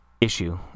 issue